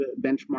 benchmark